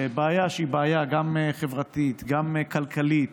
בעיה שהיא גם חברתית, גם כלכלית,